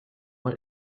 what